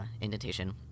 indentation